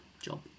job